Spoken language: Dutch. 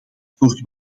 voor